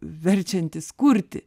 verčiantis kurti